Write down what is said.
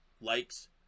likes